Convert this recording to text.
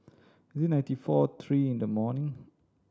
is ninety four three in the morning